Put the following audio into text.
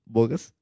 Bogus